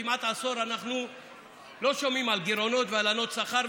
כמעט עשור אנחנו לא שומעים על גירעונות והלנות שכר.